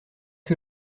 que